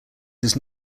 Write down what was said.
does